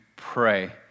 pray